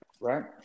right